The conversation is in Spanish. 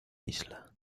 isla